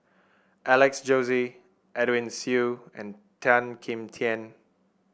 Alex Josey Edwin Siew and Tan Kim Tian